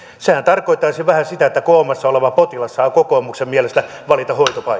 sehän tarkoittaisi vähän sitä että koomassa oleva potilas saa kokoomuksen mielestä valita